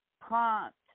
prompt